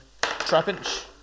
Trapinch